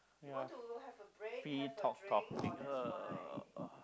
ya free talk topic uh